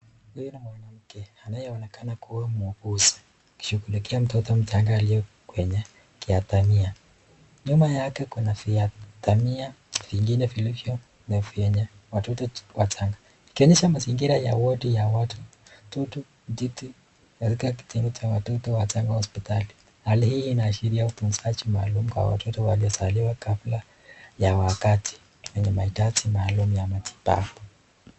Huyu ni mwanamke anayeonekana kuwa ni muuguzi akishughulikia mtoto mchanga aliyekua kwenye kiadhania, nyuma yake kuna viadhania vingine vilivyo na vyenye watoto wachanga, ikionyesha mazingira ya wodi ya watu katika kotengo cha watoto wachanga, hospitali hali hii inaashiria utunzaji maalum kwa watoto walio zaliwa kabla ya wakati wenye mahitaji maalum ya matibabu.